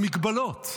המגבלות,